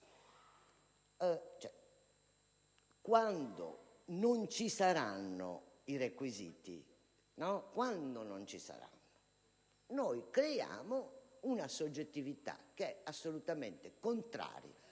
casi non ci saranno i requisiti? Si sta creando una soggettività, che è assolutamente contraria